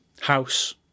house